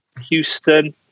Houston